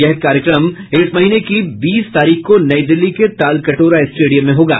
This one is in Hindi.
यह कार्यक्रम इस महीने की बीस तारीख को नई दिल्ली के तालकटोरा स्टेडियम में होगा